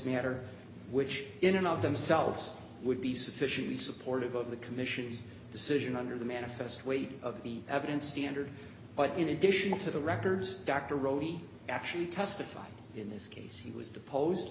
netter which in and of themselves would be sufficient supportive of the commission's decision under the manifest weight of the evidence standard but in addition to the records dr robi actually testified in this case he was depose